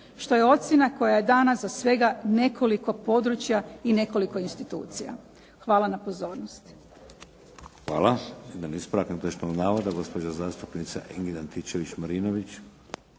što je ocjena koja je dana za svega nekoliko područja i nekoliko institucija. Hvala na pozornosti.